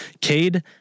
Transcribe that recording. Cade